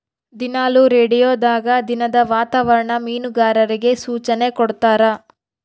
ದಿನಾಲು ರೇಡಿಯೋದಾಗ ದಿನದ ವಾತಾವರಣ ಮೀನುಗಾರರಿಗೆ ಸೂಚನೆ ಕೊಡ್ತಾರ